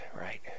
right